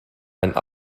and